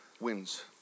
wins